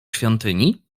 świątyni